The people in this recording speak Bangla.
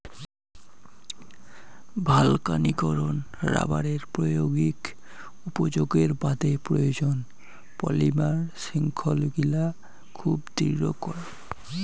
ভালকানীকরন রবারের প্রায়োগিক উপযোগের বাদে প্রয়োজন, পলিমার শৃঙ্খলগিলা খুব দৃঢ় করাং